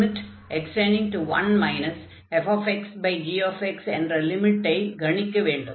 x→1 fxg என்ற லிமிட்டை கணிக்க வேண்டும்